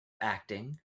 acting